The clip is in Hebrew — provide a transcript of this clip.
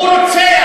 הוא רוצח,